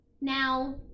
Now